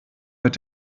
mit